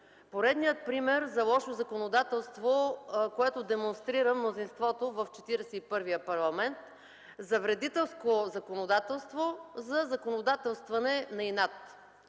Поредният пример за лошо законодателство, което демонстрира мнозинството в Четиридесет и първия парламент, за вредителско законодателство, за законодателстване на инат.